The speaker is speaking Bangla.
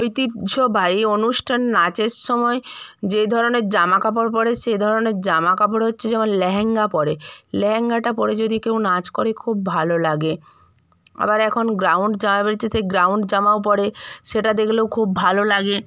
ঐতিহ্যবাহী অনুষ্ঠান নাচের সময় যে ধরনের জামাকাপড় পরে সে ধরনের জামাকাপড় হচ্ছে যেমন ল্যাহেঙ্গা পরে ল্যাহেঙ্গাটা পরে যদি কেউ নাচ করে খুব ভালো লাগে আবার এখন গ্রাউন্ড জামা বেরিয়েছে সেই গ্রাউন্ড জামাও পরে সেটা দেখলেও খুব ভালো লাগে